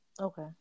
Okay